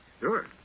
Sure